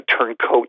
turncoat